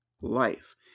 life